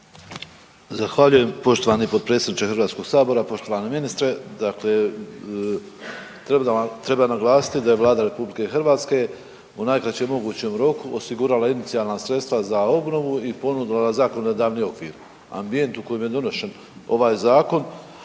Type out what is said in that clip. Zahvaljujem poštovani potpredsjedniče Hrvatskog sabora, poštovani ministre. Dakle, treba naglasiti da je Vlada Republike Hrvatske u najkraćem mogućem roku osigurala inicijalna sredstva za obnovu i ponudila zakonodavni okvir. Ambijent u kojem je donošen ovaj Zakon,